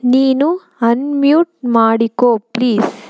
ನೀನು ಅನ್ಮ್ಯೂಟ್ ಮಾಡಿಕೋ ಪ್ಲೀಸ್